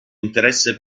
interesse